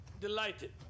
delighted